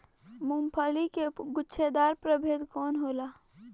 मूँगफली के गुछेदार प्रभेद कौन होला?